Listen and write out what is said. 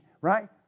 Right